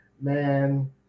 man